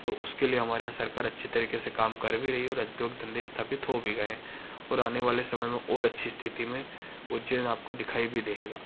तो उसके लिए हमारे यहाँ सरकार अच्छी तरीके से काम कर भी रही है और अद्योग धंधे स्थापित हो भी गए हैं और आने वाले समय में और अच्छी स्थिति में उज्जैन आपको दिखाई भी देगा